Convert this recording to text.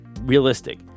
realistic